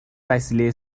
وسیله